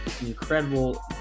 incredible